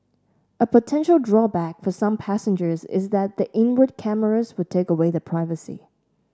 a potential drawback for some passengers is that the inward cameras would take away their privacy